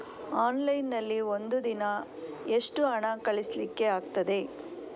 Online ನಲ್ಲಿ ಒಂದು ದಿನ ಎಷ್ಟು ಹಣ ಕಳಿಸ್ಲಿಕ್ಕೆ ಆಗ್ತದೆ?